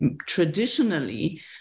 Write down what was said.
traditionally